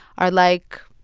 are, like,